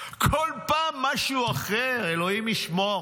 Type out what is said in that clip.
בכל פעם משהו אחר, אלוהים ישמור.